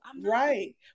Right